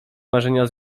marzenia